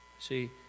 See